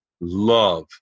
love